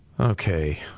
Okay